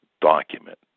document